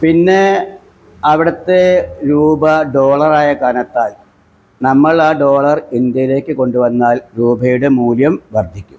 പിന്നെ അവിടുത്തെ രൂപ ഡോളറായ കാരണത്താൽ നമ്മളാ ഡോളർ ഇന്ത്യേലേക്കു കൊണ്ടു വന്നാൽ രൂപയുടെ മൂല്യം വർദ്ധിക്കും